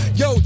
yo